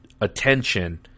attention